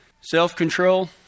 Self-control